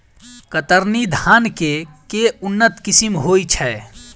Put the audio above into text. कतरनी धान केँ के उन्नत किसिम होइ छैय?